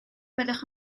byddwch